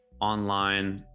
online